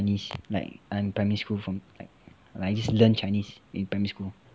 chinese like I'm in primary school from like like I just learn chinese in primary school